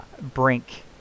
Brink